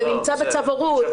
זה נמצא בצו הורות.